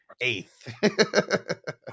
eighth